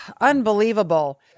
Unbelievable